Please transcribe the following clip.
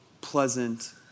pleasant